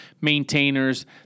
maintainers